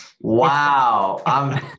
wow